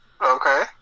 Okay